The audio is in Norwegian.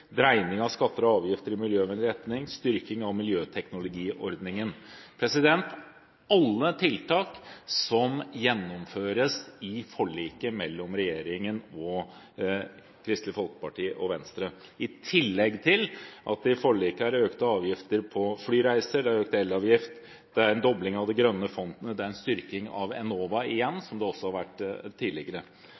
dreining av skatter og avgifter i miljøvennlig retning og styrking av miljøteknologiordningen. Alle er tiltak som gjennomføres i forliket mellom regjeringen, Kristelig Folkeparti og Venstre, i tillegg til at det i forliket er økte avgifter på flyreiser, det er økt elavgift, det er en dobling av det grønne fondet, det er en styrking av Enova – igjen – som det også har vært tidligere.